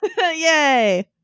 Yay